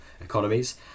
economies